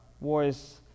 voice